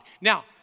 now